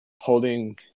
holding